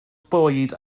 bwyd